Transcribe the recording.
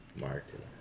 Martin